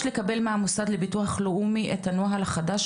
הוועדה מבקשת לקבל מהמוסד לביטוח לאומי את הנוהל החדש